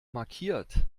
markiert